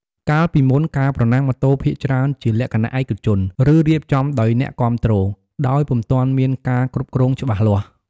កាលពីមុន ការប្រណាំងម៉ូតូភាគច្រើនជាលក្ខណៈឯកជន ឬរៀបចំដោយអ្នកគាំទ្រ ដោយពុំទាន់មានការគ្រប់គ្រងច្បាស់លាស់។